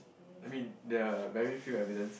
I mean there are very few evidence